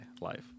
life